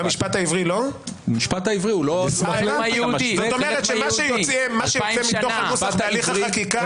זאת אומרת שמה שיוצא מתוך הנוסח בהליך החקיקה